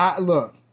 look